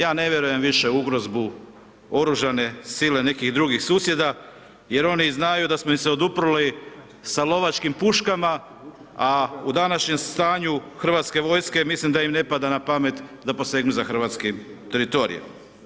Ja ne vjerujem više u ugrozbu oružane sile nekih drugih susjeda jer oni znaju da smo im se oduprli sa lovačkim puškama, a u današnjem stanju Hrvatske vojske mislim da im ne pada na pamet da posegnu za hrvatskim teritorijem.